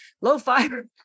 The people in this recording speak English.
low-fiber